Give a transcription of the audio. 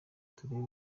turebe